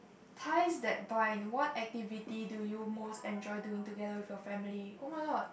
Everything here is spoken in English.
ties that bind what activity do you most enjoy doing together with your family oh-my-god